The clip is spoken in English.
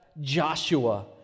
Joshua